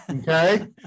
Okay